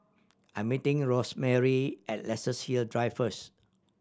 I'm meeting Rosemarie at Luxus Hill Drive first